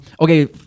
Okay